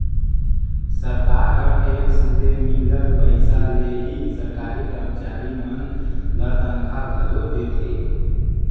सरकार ह टेक्स ले मिलल पइसा ले ही सरकारी करमचारी मन ल तनखा घलो देथे